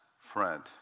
friend